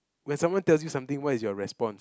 when someone tells you something what is your response